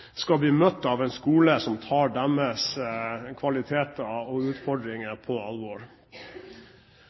skal bli møtt av en skole som tar deres kvaliteter og utfordringer på alvor.